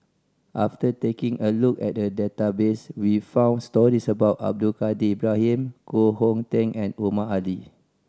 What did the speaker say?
after taking a look at the database we found stories about Abdul Kadir Ibrahim Koh Hong Teng and Omar Ali